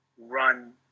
run